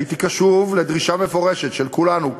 הייתי קשוב לדרישה מפורשת של כולנו,